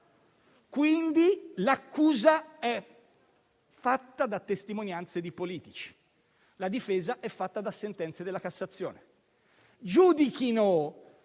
Quindi, l'accusa è fatta di testimonianze di politici e la difesa di sentenze della Cassazione. Giudichino